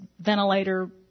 ventilator